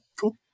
Cool